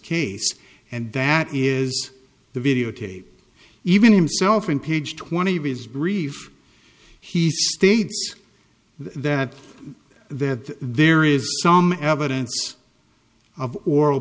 case and that is the videotape even himself in page twenty of his brief he states that that there is some evidence of oral